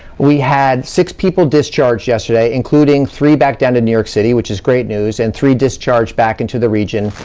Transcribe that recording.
we had six people discharged yesterday, including three back down to new york city, which is great news, and three discharged back into the region.